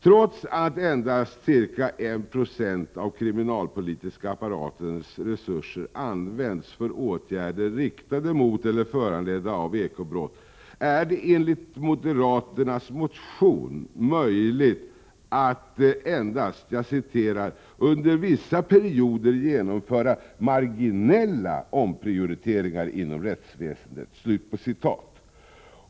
Trots att endast ca 1960 av den kriminalpolitiska apparatens resurser används för åtgärder riktade mot eller föranledda av eko-brott, är det enligt moderaternas motion möjligt att endast ”under vissa perioder genomföra marginella omprioriteringar inom rättsväsendet”.